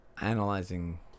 analyzing